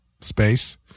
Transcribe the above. space